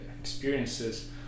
experiences